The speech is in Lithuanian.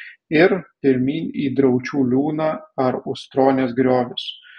ir pirmyn į draučių liūną ar ustronės griovius